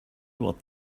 what